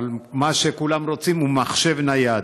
אבל מה שכולם רוצים הוא מחשב נייד,